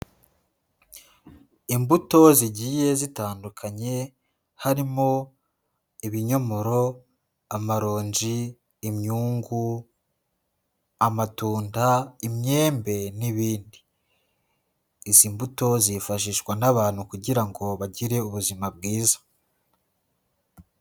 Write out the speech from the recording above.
Imbuto zigiye zitandukanye harimo ibinyomoro, amaronji, inyungu, amatunda, imyembe n'ibindi. Izi mbuto zifashishwa n'abantu kugira ngo bagire ubuzima bwiza.